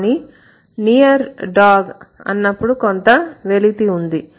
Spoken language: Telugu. కానీ near dog అన్నప్పుడు కొంత వెలితి ఉంది